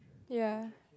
ya